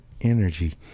energy